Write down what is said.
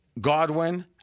Godwin